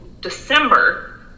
December